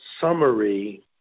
summary